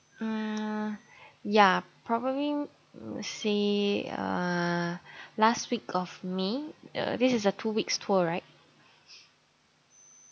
um ya probably say uh last week of may uh this is a two weeks tour right